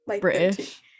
British